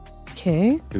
Okay